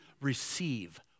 receive